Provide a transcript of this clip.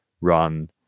run